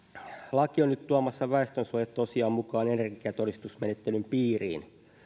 laki on nyt tuomassa väestönsuojat tosiaan mukaan energiatodistusmenettelyn piiriin